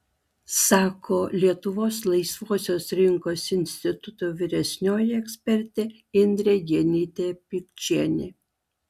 sako lietuvos laisvosios rinkos instituto vyresnioji ekspertė indrė genytė pikčienė